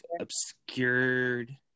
obscured